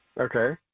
Okay